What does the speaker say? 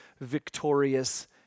victorious